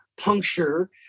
puncture